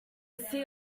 see